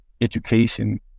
education